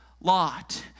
lot